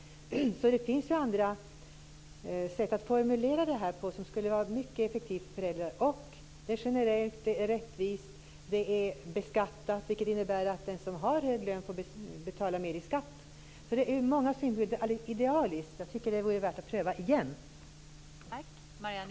Det finns andra sätt att formulera det här som skulle göra det mycket effektivt. Vårdnadsbidraget är generellt, rättvist och beskattat, vilket innebär att den som har hög lön betalar mer i skatt. Det är ur många synpunkter alldeles idealiskt. Jag tycker att det vore värt att pröva det igen.